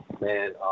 man